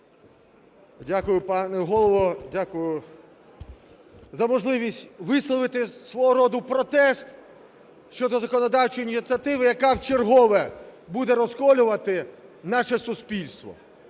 Дякую, пане Голово. Дякую за можливість висловити свого роду протест щодо законодавчої ініціативи, яка вчергове буде розколювати наше суспільство.